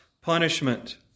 punishment